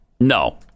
No